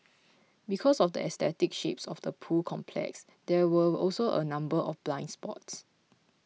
because of the aesthetic shapes of the pool complex there were also a number of blind spots